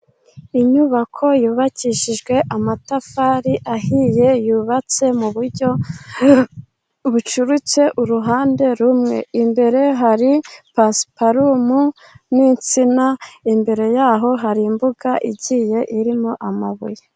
Inyubako yubakishijwe amatafari ahiye yubatse mu buryo bucuritse uruhande rumwe, imbere hari pasiparumu n'insina imbere yaho hari imbuga igiye irimo amabuye.